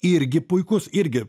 irgi puikus irgi